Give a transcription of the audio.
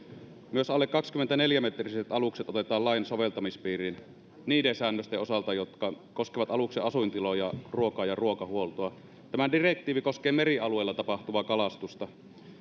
myös alle kaksikymmentäneljä metriset alukset otetaan lain soveltamispiiriin niiden säännösten osalta jotka koskevat aluksen asuintiloja ruoka ja ruokahuoltoa tämä direktiivi koskee merialueella tapahtuvaa kalastusta